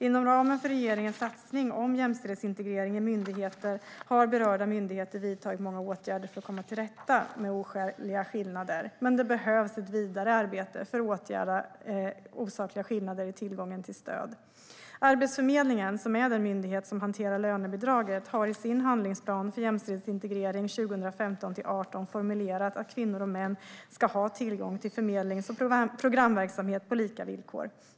Inom ramen för regeringens satsning om jämställdhetsintegrering i myndigheter har berörda myndigheter vidtagit många åtgärder för att komma till rätta med oskäliga skillnader, men det behövs ett vidare arbete för att åtgärda osakliga skillnader i tillgången till stöd. Arbetsförmedlingen, som är den myndighet som hanterar lönebidraget, har i sin handlingsplan för jämställdhetsintegrering 2015-2018 formulerat att kvinnor och män ska ha tillgång till förmedlings och programverksamhet på lika villkor.